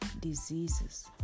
diseases